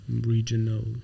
regional